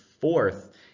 fourth